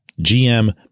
GM